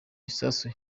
gisasu